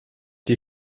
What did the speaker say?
die